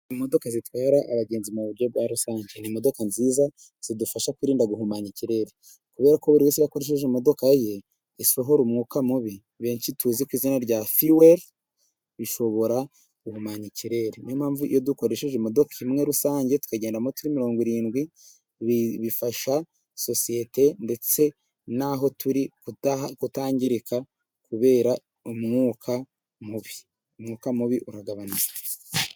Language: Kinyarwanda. Imodoka zitwara abagenzi mu buryo bwa rusange. imodoka nziza zidufasha kwirinda guhumanya ikirere , kubera ko buriwese akoresheje imodoka ye busohora umwuka mubi benshi tuzi kw'izina rya fiwere bishobora guhumanya ikirere niyompamvu iyo dukoresheje imodoka imwe rusange tukagenda turi mirongo irindwi ibi bifasha sosiyete ndetse n'aho turi gutaha kutangirika kubera umwuka mubi , umwuka mubi uragabanuka.